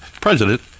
president